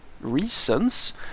reasons